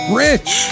rich